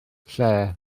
lle